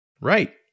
Right